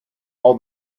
all